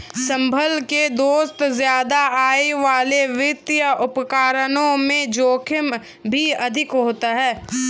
संभल के दोस्त ज्यादा आय वाले वित्तीय उपकरणों में जोखिम भी अधिक होता है